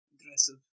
aggressive